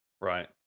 Right